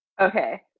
okay